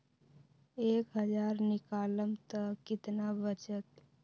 एक हज़ार निकालम त कितना वचत?